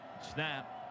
Snap